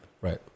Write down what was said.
right